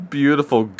beautiful